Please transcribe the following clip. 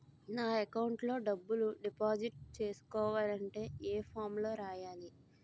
నా అకౌంట్ లో డబ్బులు డిపాజిట్ చేసుకోవాలంటే ఏ ఫామ్ లో రాయాలి?